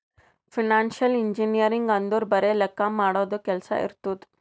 financial engineering ಅಂದುರ್ ಬರೆ ಲೆಕ್ಕಾ ಮಾಡದು ಕೆಲ್ಸಾ ಇರ್ತುದ್